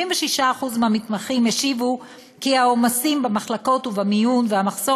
76% מהמתמחים השיבו כי העומסים במחלקות ובמיון והמחסור